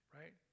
right